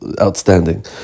outstanding